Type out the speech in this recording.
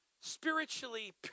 spiritually